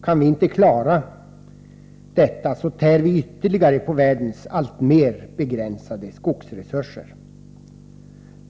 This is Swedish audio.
Kan vi inte klara detta, tär vi ytterligare på världens alltmer begränsade skogsresurser.